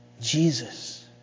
Jesus